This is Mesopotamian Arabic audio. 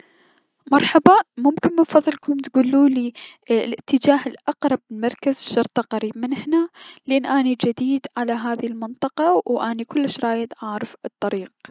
مرحبا، ممكن من فضلكم تكلولي اي- الأتجاه لأقرب مركز شرطة قريب من هنا، لأن اني جديد على هذي المنطقة و اني كلش رايد اعرف الطريق.